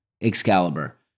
Excalibur